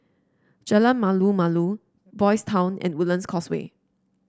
Jalan Malu Malu Boys' Town and Woodlands Causeway